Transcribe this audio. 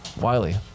Wiley